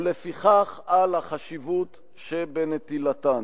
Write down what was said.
ולפיכך, על החשיבות שבנטילתן.